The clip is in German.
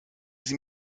sie